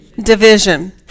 Division